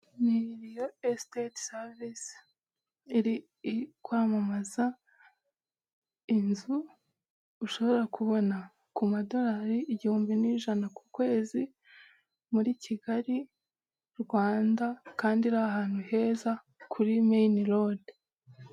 Ni riyo esiteti savisi, iri kwamamaza inzu, ushobora kubona ku madorari igihumbi n'ijana ku kwezi, muri Kigali Rwanda kandi ari ahantu heza kuri meyini rodi.